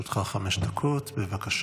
לרשותך חמש דקות, בבקשה.